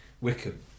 Wickham